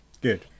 Good